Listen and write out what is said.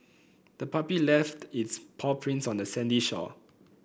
the puppy left its paw prints on the sandy shore